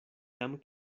jam